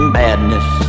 badness